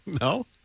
No